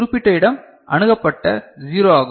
குறிப்பிட்ட இடம் அணுகப்பட்ட 0 ஆகும்